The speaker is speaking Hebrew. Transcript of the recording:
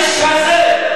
האיש הזה,